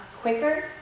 quicker